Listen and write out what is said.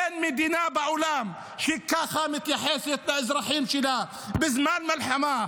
אין מדינה בעולם שככה מתייחסת לאזרחים שלה בזמן מלחמה,